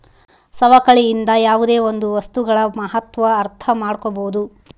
ಸವಕಳಿಯಿಂದ ಯಾವುದೇ ಒಂದು ವಸ್ತುಗಳ ಮಹತ್ವ ಅರ್ಥ ಮಾಡ್ಕೋಬೋದು